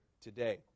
today